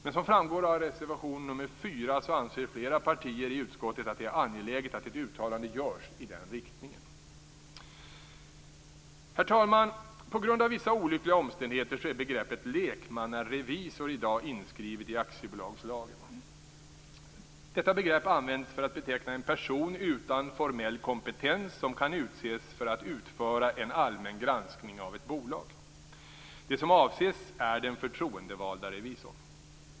Men som framgår av reservation nr 4 anser flera partier i utskottet att det är angeläget att ett uttalande görs i den riktningen. Herr talman! På grund av vissa olyckliga omständigheter är begreppet lekmannarevisor i dag inskrivet i aktiebolagslagen. Detta begrepp används för att beteckna en person utan formell kompetens som kan utses för att utföra en allmän granskning av ett bolag. Det som avses är den förtroendevalda revisorn.